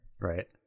Right